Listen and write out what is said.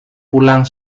pulang